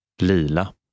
Lila